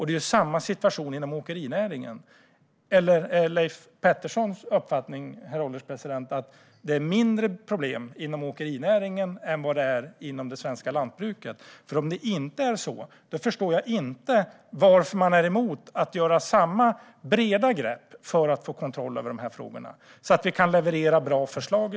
Det är samma situation och samma ordning inom åkerinäringen. Eller är Leif Petterssons uppfattning, herr ålderspresident, att det är mindre problem inom åkerinäringen än vad det är inom det svenska lantbruket? Om det inte är så förstår jag inte varför man är emot att ta samma breda grepp för att få kontroll över de här frågorna, så att vi i slutändan kan leverera bra förslag.